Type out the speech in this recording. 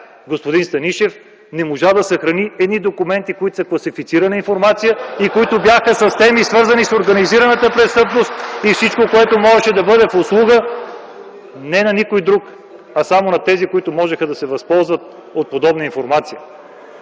господин Станишев не можа да съхрани едни документи, които са класифицирана информация (оживление и ръкопляскания от ГЕРБ), които бяха по теми, свързани с организираната престъпност и всичко, което можеше да бъде в услуга не на някой друг, а само на тези, които можеха да се възползват от подобна информация.